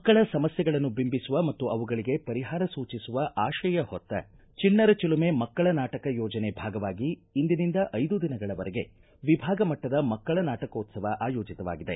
ಮಕ್ಕಳ ಸಮಸ್ಯೆಗಳನ್ನು ಬಿಂಬಿಸುವ ಮತ್ತು ಅವುಗಳಿಗೆ ಪರಿಹಾರ ಸೂಚಿಸುವ ಆಶಯ ಹೊತ್ತ ಚಣ್ಣರ ಚಲುಮೆ ಮಕ್ಕಳ ನಾಟಕ ಯೋಜನೆ ಭಾಗವಾಗಿ ಇಂದಿನಿಂದ ಐದು ದಿನಗಳ ವರೆಗೆ ವಿಭಾಗ ಮಟ್ಟದ ಮಕ್ಕಳ ನಾಟಕೋತ್ಸವ ಆಯೋಜಿತವಾಗಿದೆ